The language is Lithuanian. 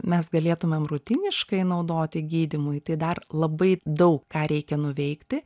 mes galėtumėm rutiniškai naudoti gydymui tai dar labai daug ką reikia nuveikti